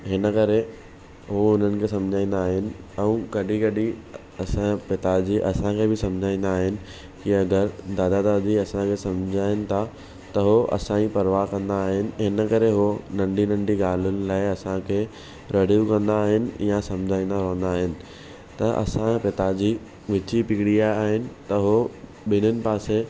हिन करे उहो हुननि खे सम्झाईंदा आहिनि ऐं कॾहिं कॾहिं असांजे पिताजी असांखे बि सम्झाईंदा आहिनि की अगरि दादा दादी असांखे सम्झाइनि था त उहो असांजी परवाह कंदा आहिनि हिन करे उहो नंढी नंढी ॻाल्हियुनि लाइ असांखे रड़ियूं कंदा आहिनि या सम्झाईंदा हूंदा आहिनि त असांजे पिताजी विची पीड़ीअ जा आहिनि त उहो ॿिनीनि पासे